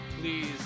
please